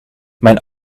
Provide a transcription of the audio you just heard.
mijn